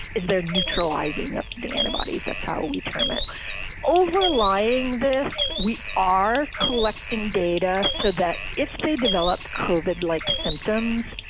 is there neutralizing the antibodies? that's how we term it overlying this. we are collecting data so that if they develop coded like symptoms,